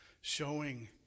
showing